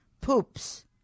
poops